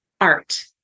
art